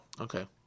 okay